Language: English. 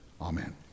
Amen